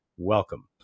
welcome